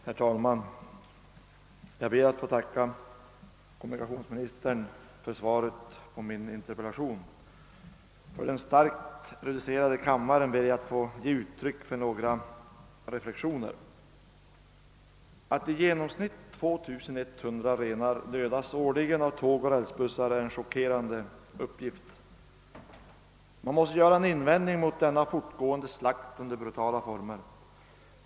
Herr talman! Jag ber att få tacka kommunikationsministern för svaret på min interpellation. För den starkt reducerade kammaren ber jag att få ge uttryck för några reflexioner. Att i genomsnitt 2100 renar årligen dödas av tåg och rälsbussar är en chockerande uppgift. Man måste göra en invändning mot denna fortgående slakt under brutala former.